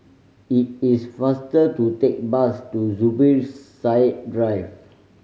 it is faster to take bus to Zubir Said Drive